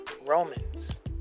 Romans